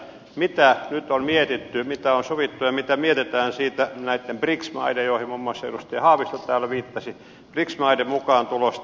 mitä nyt on mietitty mitä on sovittu ja mitä mietitään siitä näitten brics maiden joihin muun muassa edustaja haavisto täällä viittasi mukaantulosta